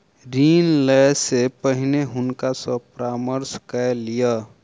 ऋण लै से पहिने हुनका सॅ परामर्श कय लिअ